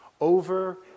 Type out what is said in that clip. over